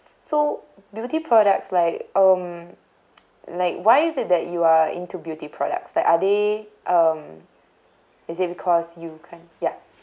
so beauty products like um like why is it that you are into beauty products like are they um is it because you can't ya